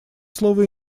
слово